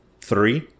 three